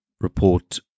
report